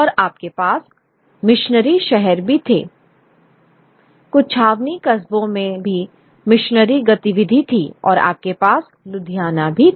और आपके पास मिशनरी शहर भी थे कुछ छावनी कस्बों में भी मिशनरी गतिविधि थी और आपके पास लुधियाना भी था